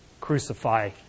crucify